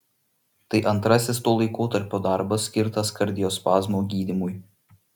tai antrasis to laikotarpio darbas skirtas kardiospazmo gydymui